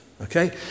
okay